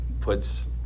puts